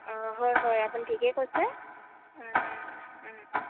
অঁ হয় হয় আপুনি ঠিকেই কৈছে অঁ